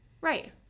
right